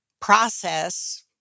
process